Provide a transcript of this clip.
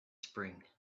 spring